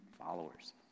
followers